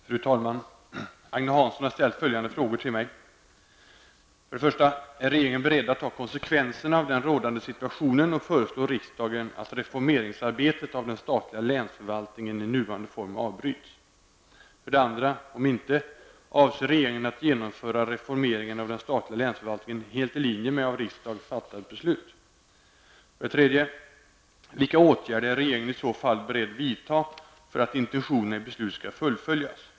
Fru talman! Agne Hansson har ställt följande frågor till mig: 1. Är regeringen beredd att ta konsekvenserna av den rådande situationen och föreslå riksdagen att reformeringsarbetet av den statliga länsförvaltningen i nuvarande form avbryts? 2. Om inte, avser regeringen att genomföra reformeringen av den statliga länsförvaltningen helt i linje med av riksdagen fattat beslut? 3. Vilka åtgärder är regeringen i så fall beredd vidtaga för att intentionerna i beslutet skall fullföljas?